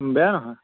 বেয়া নহয়